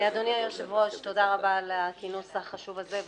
אדוני היושב-ראש, תודה רבה על הכינוס החשוב הזה.